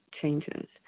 changes